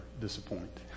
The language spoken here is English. disappoint